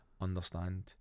understand